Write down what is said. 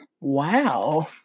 Wow